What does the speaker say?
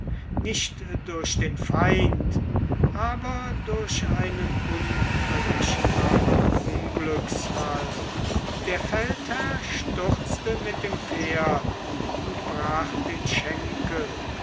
nicht durch den feind aber durch einen unberechenbaren unglücksfall der feldherr stürzte mit dem pferd und brach den schenkel